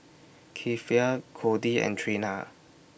Kiefer Codie and Trina